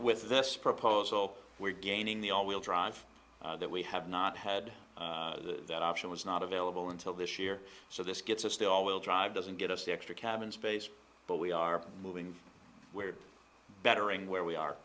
with this proposal we're gaining the all wheel drive that we have not had that option was not available until this year so this gets us they all will drive doesn't get us the extra cabin space but we are moving where bettering where we are